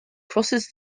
crosses